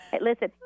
Listen